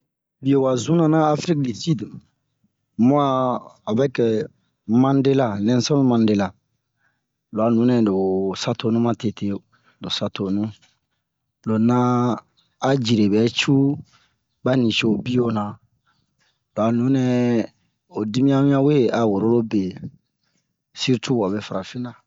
Biyo wa zuna na afrik-di-sid mu'a avɛk mandela nɛlson-mandela lo a nunɛ lo sa tonu ma tete lo sa tonu lo na a jire bɛ cu ba nicobiyo na lo a nunɛ ho dimiyan wian we a woro be sirtu wabe farafina